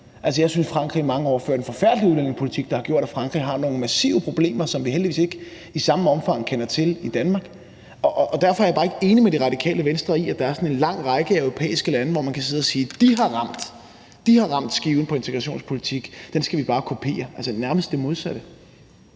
jeg synes, at Frankrig i mange år har ført en forfærdelig udlændingepolitik, der har gjort, at Frankrig har nogle massive problemer, som vi heldigvis ikke i samme omfang kender til i Danmark. Derfor er jeg bare ikke enig med Det Radikale Venstre i, at der er sådan en lang række af europæiske lande, hvor man kan sige, at de har ramt skiven på integrationspolitik, og dem skal vi bare kopiere – altså, vi skal nærmest det modsatte.